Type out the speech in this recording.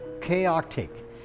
chaotic